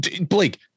Blake